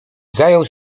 zajął